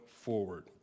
forward